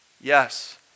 Yes